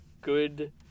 good